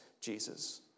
Jesus